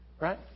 right